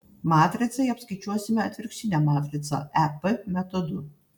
matricai apskaičiuosime atvirkštinę matricą ep metodu